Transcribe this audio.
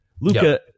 Luca